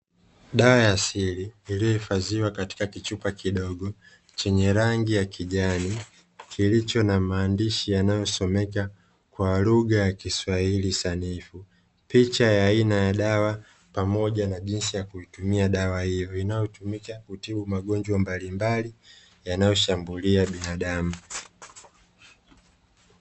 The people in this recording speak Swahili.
Dawa ya asili iliyohifadhiwa katika kichupa kidogo chenye rangi ya kijani, kilicho na maandishi yanayosomeka kwa lugha ya kiswahili sanifu, picha ya aina ya dawa pamoja na jinsi ya kuitumia dawa hiyo inayotumika kutibu magonjwa mbalimbali yanayoshambulia binadamu.